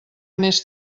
més